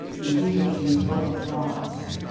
musicians use a lot of drums.